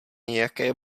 nějaké